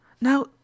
Now